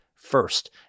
First